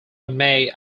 may